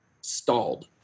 stalled